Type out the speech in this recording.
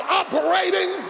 operating